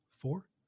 four